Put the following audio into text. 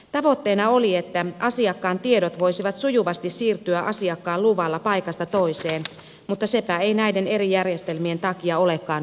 tavoitteena oli että asiakkaan tiedot voisivat sujuvasti siirtyä asiakkaan luvalla paikasta toiseen mutta sepä ei näiden eri järjestelmien takia olekaan nyt mahdollista